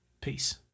Peace